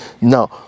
now